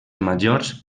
majors